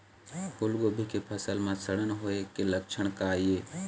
फूलगोभी के फसल म सड़न होय के लक्षण का ये?